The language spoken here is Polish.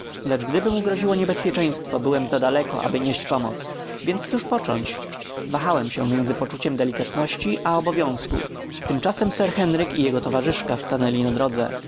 lecz gdyby mu groziło niebezpieczeństwo byłem zadaleko aby nieść pomoc więc cóż począć wahałem się między poczuciem delikatności a obowiązku tymczasem sir henryk i jego towarzyszka stanęli na